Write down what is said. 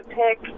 pick